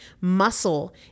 Muscle